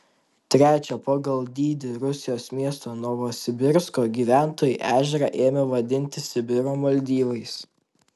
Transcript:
trečio pagal dydį rusijos miesto novosibirsko gyventojai ežerą ėmė vadinti sibiro maldyvais